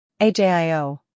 AJIO